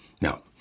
Now